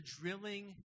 drilling